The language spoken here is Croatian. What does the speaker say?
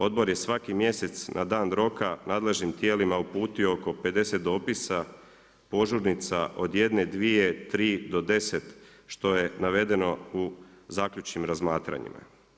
Odbor je svaki mjesec na dan roka nadležnim tijelima uputio oko 50 dopisa, požurnica od 1, 2, 3 do 10, što je navedeno u zaključnim razmatranjima.